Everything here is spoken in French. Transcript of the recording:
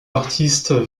artistes